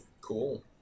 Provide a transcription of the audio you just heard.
cool